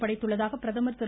படைத்துள்ளதாக பிரதமர் திரு